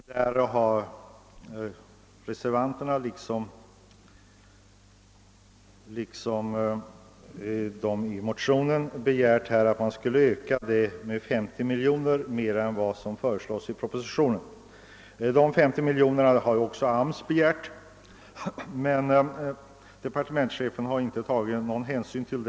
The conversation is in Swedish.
Reservanterna begär liksom motionärerna en ökning med 50 miljoner kronor utöver vad som föreslås i propositionen. Dessa 50 miljoner har AMS tidigare begärt, men departementschefen tog ingen hänsyn därtill.